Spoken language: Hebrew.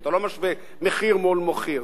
אתה לא משווה מחיר מול מחיר.